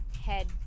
head